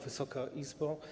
Wysoka Izbo!